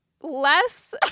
less